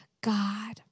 God